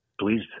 please